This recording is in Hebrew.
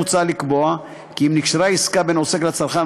מוצע לקבוע כי אם נקשרה עסקה בין עוסק לצרכן,